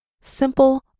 Simple